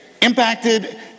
impacted